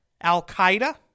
Al-Qaeda